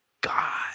God